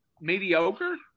mediocre